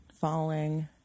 falling